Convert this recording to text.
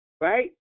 right